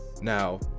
now